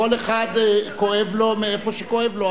כל אחד כואב לו איפה שכואב לו,